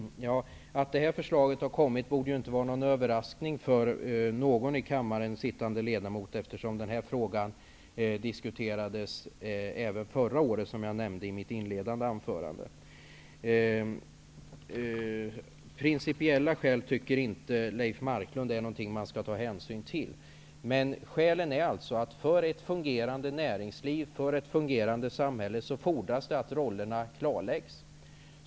Herr talman! Att det här förslaget har kommit borde inte vara någon överraskning för någon ledamot här i kammaren, eftersom denna fråga, som jag nämnde i mitt inledande anförande, diskuterades även förra året. Leif Marklund tycker inte att man skall ta hänsyn till principiella skäl. Men skälen är att det för ett fungerande näringsliv och ett fungerande samhälle fordras att rollerna klarläggs.